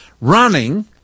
Running